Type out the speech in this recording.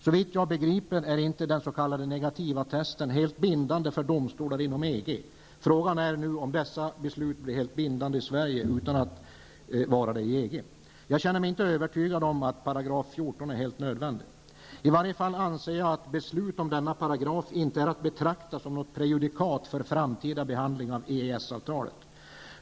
Såvitt jag begriper är den s.k. negativattesten inte helt bindande för domstolar inom EEG. Frågan är om dessa beslut nu blir helt bindande i Sverige utan att vara det i EG. Jag känner mig inte övertygad om att 14 § är helt nödvändig. I varje fall anser jag att beslut om denna paragraf inte är att betrakta som något prejudikat för framtida behandling av EES-avtalet.